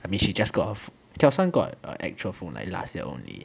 I mean she just got a got a actual phone like last year only